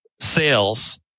sales